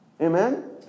Amen